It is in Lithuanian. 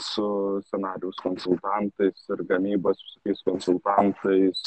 su scenarijaus konsultantais ir gamybos visokiais konsultantais